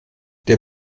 der